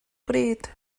bryd